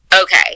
Okay